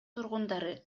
тургундары